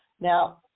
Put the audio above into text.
Now